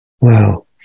Wow